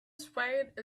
swayed